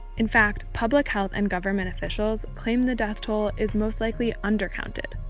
in fact, public health and government officials claim the death toll is most likely undercounted.